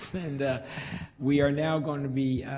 and we are now going to be